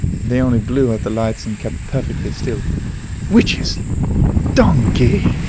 they only blew out the lights and kept perfectly still witches donkey!